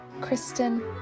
Kristen